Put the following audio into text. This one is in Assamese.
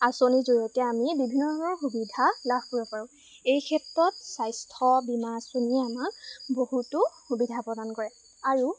আঁচনিৰ জৰিয়তে আমি বিভিন্ন ধৰণৰ সুবিধা লাভ কৰিব পাৰোঁ এই ক্ষেত্ৰত স্বাস্থ্য বীমা আঁচনি আমাক বহুতো সুবিধা প্ৰদান কৰে আৰু